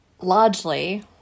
largely